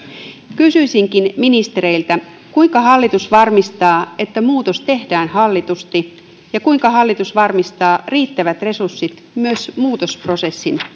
kysyisinkin ministereiltä kuinka hallitus varmistaa että muutos tehdään hallitusti ja kuinka hallitus varmistaa riittävät resurssit myös muutosprosessin